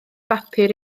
bapur